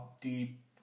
deep